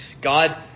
God